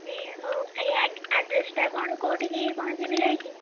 ଆଜ୍ଞା ହଉ ଆଜ୍ଞା ଆଡ୍ରେସ୍ ଟା କଣ କେଉଁଠିକି ପହଞ୍ଚିବି ଯାଇକି